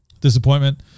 disappointment